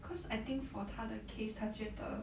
cause I think for 他的 case 他觉得